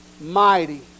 mighty